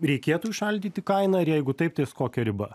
reikėtų įšaldyti kainą ir jeigu taip ties kokia riba